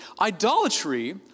Idolatry